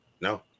No